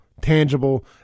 tangible